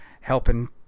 helping